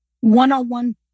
one-on-one